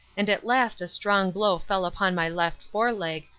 and at last a strong blow fell upon my left foreleg,